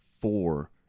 four